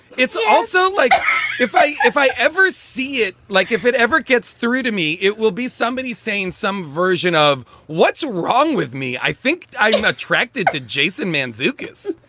it's also like if i if i ever see it, like if it ever gets through to me, it will be somebody saying some version of what's wrong with me. i think i'm attracted to jason man zuokas,